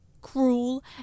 Cruel